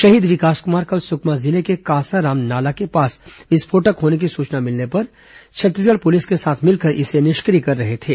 शहीद विकास क्मार कल सुकमा जिले के कांसाराम नाला के पास विस्फोटक होने की सूचना मिलने पर छ त्तीसगढ़ पुलिस के साथ मिलकर इसे निष्टिक्र य कर रहे थे